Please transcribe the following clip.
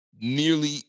nearly